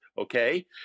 okay